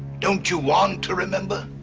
don't you want to remember?